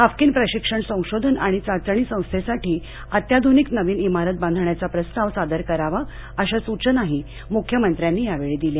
Haffkine प्रशिक्षण संशोधन आणि चाचणी संस्थेसाठी अत्याध्निक नवीन इमारत बांधण्याचा प्रस्ताव सादर करावा अशा सूचनाही मुख्यमंत्र्यांनी यावेळी दिल्या